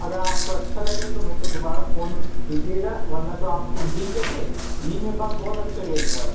अगर आपको अच्छा लगे तो मेरे को दोबारा फ़ोन कीजिएगा वरना तो आपको घी चाहिए घी मेरे पास बहुत अच्छे रेट में है